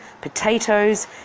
potatoes